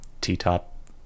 t-top